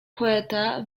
poeta